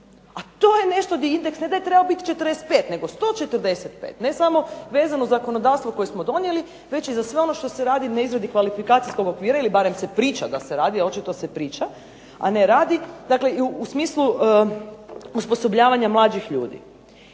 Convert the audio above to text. A to je nešto gdje ne da je trebao biti 45 nego 145 ne samo vezano uz zakonodavstvo koje smo donijeli, već i za sve ono što se radi na izradi kvalifikacijskog okvira ili barem se priča da se radi, ali očito da se priča, a ne radi. Dakle u smislu osposobljavanja mladih ljudi.